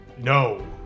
No